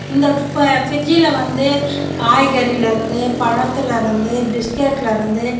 இந்த ஃப்ரிட்ஜ்ஜில் வந்து காய்கறிலருந்து பழத்துலருந்து பிஸ்கட்லருந்து